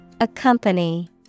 Accompany